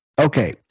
Okay